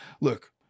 look